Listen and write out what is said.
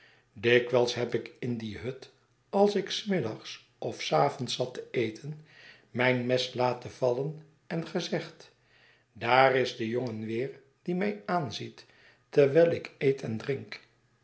dikwijls heb ik in die hut als ik s middagsof s avonds zat te eten mijn mes laten vallen en gezegd daar is de jongen weer die mij aanziet terwijl ik eet en drink